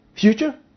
Future